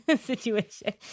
situation